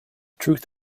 truth